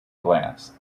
glass